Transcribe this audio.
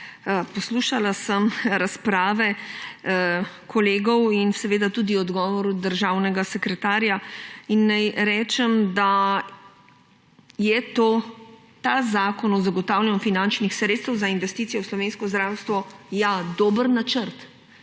Poslušala sem razprave kolegov in tudi odgovor državnega sekretarja. Naj rečem, da je ta zakon o zagotavljanju finančnih sredstev za investicije v slovensko zdravstvo dober načrt.